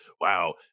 wow